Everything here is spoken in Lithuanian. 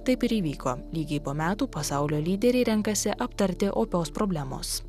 taip ir įvyko lygiai po metų pasaulio lyderiai renkasi aptarti opios problemos